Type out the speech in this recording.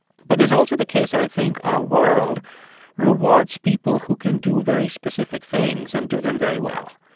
but there's also the case that i think our world rewards people who can do very specific things and do them very well.